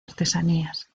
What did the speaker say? artesanías